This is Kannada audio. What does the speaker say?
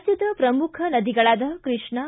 ರಾಜ್ಯದ ಪ್ರಮುಖ ನದಿಗಳಾದ ಕೃಷ್ಣಾ